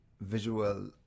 visual